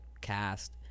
cast